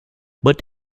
but